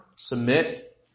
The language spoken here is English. submit